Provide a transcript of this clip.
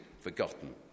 forgotten